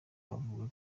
bavuga